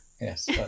Yes